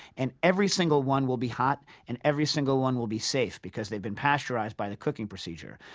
and every single one will be hot and every single one will be safe because they've been pasteurized by the cooking procedure.